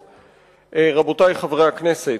רבותי חברי הכנסת,